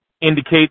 indicate